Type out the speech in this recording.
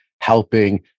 helping